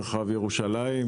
מרחב ירושלים.